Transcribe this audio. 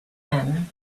him